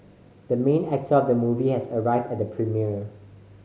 the main actor of the movie has arrived at the premiere